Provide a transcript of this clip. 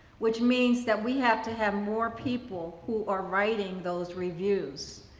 which means that we have to have more people who are writing those reviews,